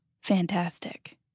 Fantastic